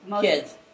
kids